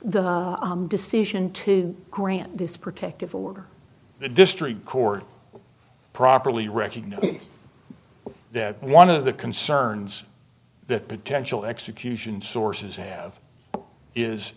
the decision to grant this protective order the district court properly recognized that one of the concerns that potential execution sources have is